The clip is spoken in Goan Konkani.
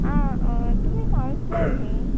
आं तुमी कावंस्लर न्ही